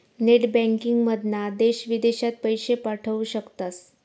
net बँकिंगमधना देश विदेशात पैशे पाठवू शकतास